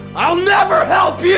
i'll never help you!